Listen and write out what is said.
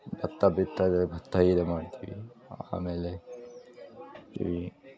ಭತ್ತ ಬಿತ್ತದ ಭತ್ತ ಇದು ಮಾಡ್ತೀವಿ ಆಮೇಲೆ ಈ